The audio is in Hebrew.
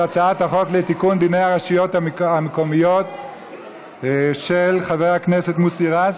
על הצעת החוק לתיקון דיני הרשויות המקומיות של חבר הכנסת מוסי רז.